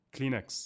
Kleenex